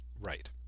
Right